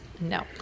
No